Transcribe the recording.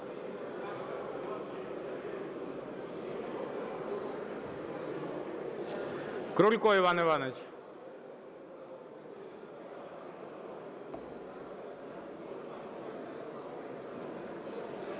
Крулько Іван Іванович.